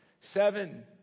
seven